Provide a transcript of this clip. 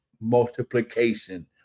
multiplication